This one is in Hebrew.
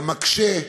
גם מקשה,